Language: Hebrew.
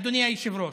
אדוני היושב-ראש,